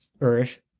Earth